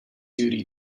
duty